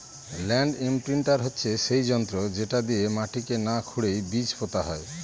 land imprinter হচ্ছে সেই যন্ত্র যেটা দিয়ে মাটিকে না খুরেই বীজ পোতা হয়